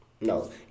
no